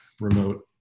remote